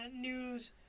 news